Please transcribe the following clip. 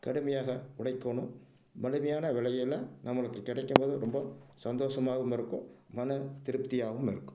கடுமையாக உழைக்கணும் மலிவான விலையில நம்மளுக்கு கிடைக்கும் போது ரொம்ப சந்தோஷமாகவும் இருக்கும் மன திருப்தியாகவும் இருக்கும்